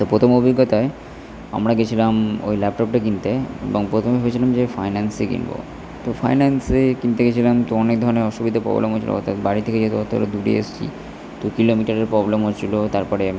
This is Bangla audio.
তো প্রথম অভিজ্ঞতায় আমরা গেছিলাম ওই ল্যাপটপটা কিনতে এবং প্রথমে ভেবেছিলাম যে ফাইনান্সে কিনবো তো ফাইনান্সে কিনতে গেছিলাম তো অনেক ধরনের অসুবিধে প্রবলেম হয়েছিলো অর্থাৎ বাড়ি থেকে যেহেতু অতোটা দূরে এসছি তো কিলোমিটারের প্রবলেম হয়েছিলো তারপরে